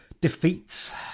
defeats